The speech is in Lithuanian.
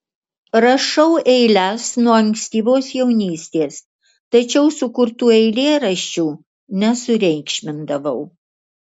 rašau eiles nuo ankstyvos jaunystės tačiau sukurtų eilėraščių nesureikšmindavau